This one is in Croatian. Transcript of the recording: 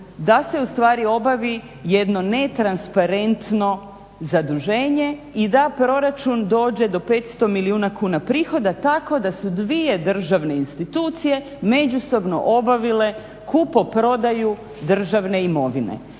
da se ustvari obavi jedno netransparentno zaduženje i da proračun dođe do 500 milijuna kuna prihoda tako da su dvije državne institucije međusobno obavile kupoprodaju državne imovine